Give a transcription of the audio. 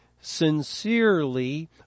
sincerely